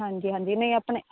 ਹਾਂਜੀ ਹਾਂਜੀ ਨਹੀਂ ਆਪਣੇ